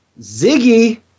Ziggy